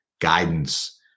guidance